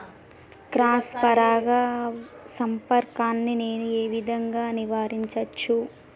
Cross పరాగ సంపర్కాన్ని నేను ఏ విధంగా నివారించచ్చు?